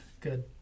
Good